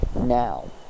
now